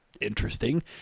interesting